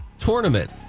Tournament